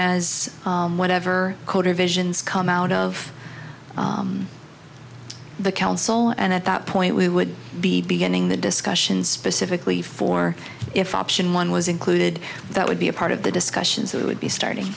as whatever quarter visions come out of the council and at that point we would be beginning the discussions specifically for if option one was included that would be a part of the discussions that would be starting